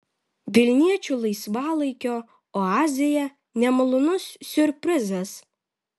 vilniečių laisvalaikio oazėje nemalonus siurprizas